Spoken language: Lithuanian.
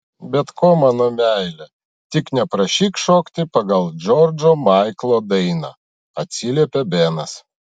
bet ko mano meile tik neprašyk šokti pagal džordžo maiklo dainą atsiliepė benas